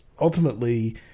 ultimately